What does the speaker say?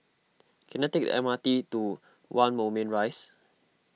can I take the M R T to one Moulmein Rise